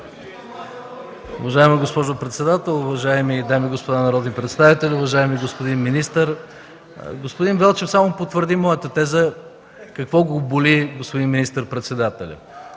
Уважаема госпожо председател, уважаеми дами и господа народни представители, уважаеми господин министър! Господин Велчев само потвърди моята теза – какво го боли господин министър-председателя.